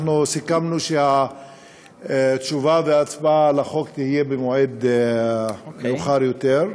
סיכמנו שהתשובה וההצבעה על החוק יהיו במועד מאוחר יותר.